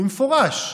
במפורש.